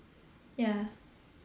ya